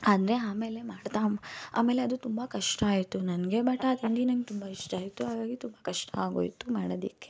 ಅಂದರೆ ಆಮೇಲೆ ಮಾಡ್ತಾ ಆಮೇಲೆ ಅದು ತುಂಬ ಕಷ್ಟ ಆಯಿತು ನನಗೆ ಬಟ್ ಆ ತಿಂಡಿ ನಂಗೆ ತುಂಬ ಇಷ್ಟ ಆಯಿತು ಹಾಗಾಗಿ ತುಂಬ ಕಷ್ಟ ಆಗೋಯಿತು ಮಾಡೋದಕ್ಕೆ